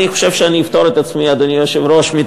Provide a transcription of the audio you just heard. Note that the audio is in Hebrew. אני חושב שאני אפטור את עצמי, אדוני היושב-ראש,